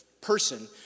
person